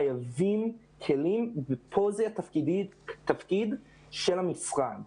חייבים כלים, ופה זה התפקיד של המשרד.